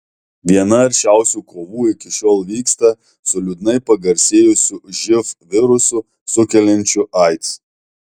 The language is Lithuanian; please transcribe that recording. viena aršiausių kovų iki šiol vyksta su liūdnai pagarsėjusiu živ virusu sukeliančiu aids